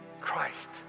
Christ